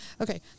Okay